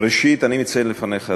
ראשית אני מציין לפניך,